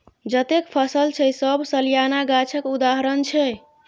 जतेक फसल छै सब सलियाना गाछक उदाहरण छै